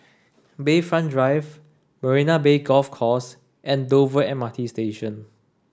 Bayfront Drive Marina Bay Golf Course and Dover M R T Station